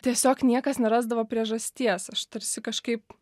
tiesiog niekas nerasdavo priežasties aš tarsi kažkaip